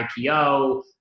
IPO